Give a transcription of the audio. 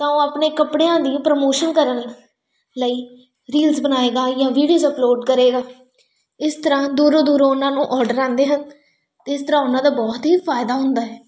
ਤਾਂ ਉਹ ਆਪਣੇ ਕੱਪੜਿਆਂ ਦੀ ਪ੍ਰਮੋਸ਼ਨ ਕਰਨ ਲਈ ਰੀਲਸ ਬਣਾਏਗਾ ਜਾਂ ਵੀਡੀਓਸ ਅਪਲੋਡ ਕਰੇਗਾ ਇਸ ਤਰ੍ਹਾਂ ਦੂਰੋਂ ਦੂਰੋਂ ਉਹਨਾਂ ਨੂੰ ਔਡਰ ਆਉਂਦੇ ਹਨ ਅਤੇ ਇਸ ਤਰ੍ਹਾਂ ਉਹਨਾਂ ਦਾ ਬਹੁਤ ਹੀ ਫ਼ਾਇਦਾ ਹੁੰਦਾ ਹੈ